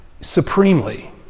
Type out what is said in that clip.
supremely